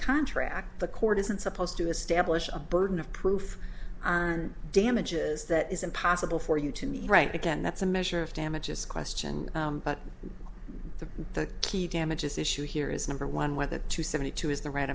contract the court isn't supposed to establish a burden of proof on damages that is impossible for you to meet right again that's a measure of damages question but the key damages issue here is number one whether two seventy two is the right